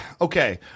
okay